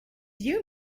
you